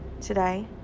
Today